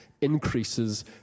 increases